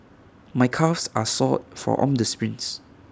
my calves are sore from all the sprints